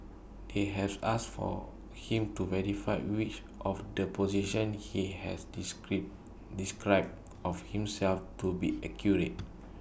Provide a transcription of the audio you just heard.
they have asked for him to verify which of the positions he has discrete described of himself to be accurate